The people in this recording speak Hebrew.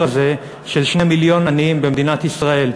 הזה של 2 מיליון עניים במדינת ישראל,